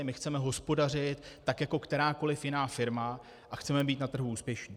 My chceme hospodařit tak jako kterákoli jiná firma a chceme být na trhu úspěšní.